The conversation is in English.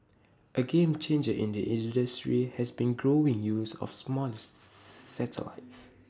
A game changer in the industry has been the growing use of smaller satellites